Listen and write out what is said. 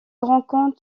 rencontre